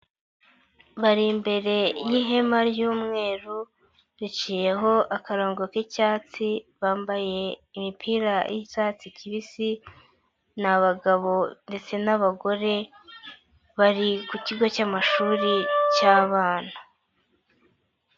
Bari imbere y'ihema ry'umweru riciyeho akarongo k'icyatsi, bambaye imipira y'icyatsi kibisi, ni abagabo ndetse n'abagore bari ku kigo cy'amashuri cy'abana.